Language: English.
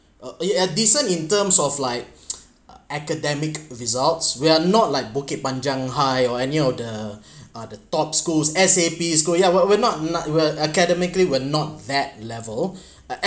uh you're decent in terms of like academic results we are not like bukit panjang high or any of the uh the top schools S_A_P is what we're not not well academically we're not that level